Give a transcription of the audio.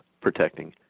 protecting